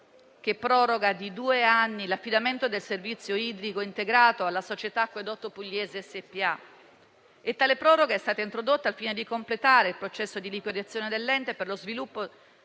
che proroga di due anni l'affidamento del servizio idrico integrato alla società Acquedotto pugliese SpA. Tale proroga è stata introdotta «al fine di completare il processo di liquidazione dell'Ente per lo sviluppo